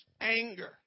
anger